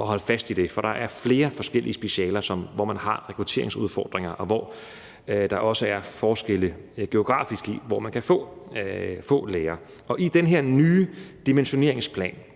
at holde fast i det. For der er flere forskellige specialer, hvor man har rekrutteringsudfordringer, og der er også geografisk forskel på, hvor man kan få læger. I den her nye dimensioneringsplan,